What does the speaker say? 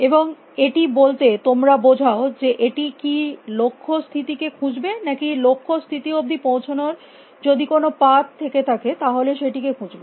এবং এটি বলতে তোমরা বোঝাও যে এটি কী লক্ষ্য স্থিতি কে খুঁজবে নাকি লক্ষ্য স্থিতি অবধি পৌঁছানোর যদি কোনো পাথ থেকে থাকে তাহলে সেটিকে খুঁজবে